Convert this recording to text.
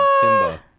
Simba